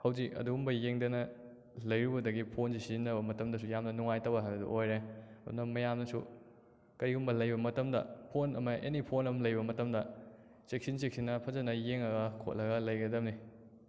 ꯍꯧꯖꯤꯛ ꯑꯗꯨꯒꯨꯝꯕ ꯌꯦꯡꯗꯅ ꯂꯩꯔꯨꯕꯗꯒꯤ ꯐꯣꯟꯁꯤ ꯁꯤꯖꯤꯟꯅꯕ ꯃꯔꯝꯗꯁꯨ ꯌꯥꯝꯅ ꯅꯨꯡꯉꯥꯏꯇꯕ ꯍꯥꯏꯕꯗꯨ ꯑꯣꯏꯔꯦ ꯑꯗꯨꯅ ꯃꯌꯥꯝꯅꯁꯨ ꯀꯔꯤꯒꯨꯝꯕ ꯂꯩꯕ ꯃꯇꯝꯗ ꯐꯣꯟ ꯑꯃ ꯑꯦꯅꯤ ꯐꯣꯟ ꯑꯃ ꯂꯩꯕ ꯃꯇꯝꯗ ꯆꯦꯛꯁꯤꯟ ꯆꯦꯛꯁꯤꯟꯅ ꯐꯖꯅ ꯌꯦꯡꯂꯒ ꯈꯣꯠꯂꯒ ꯂꯩꯒꯗꯕꯅꯤ